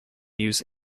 use